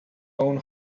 own